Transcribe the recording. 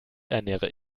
ernähre